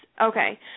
Okay